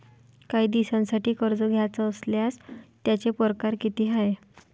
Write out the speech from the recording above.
कायी दिसांसाठी कर्ज घ्याचं असल्यास त्यायचे परकार किती हाय?